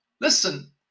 Listen